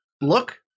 look